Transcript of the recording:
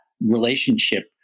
relationship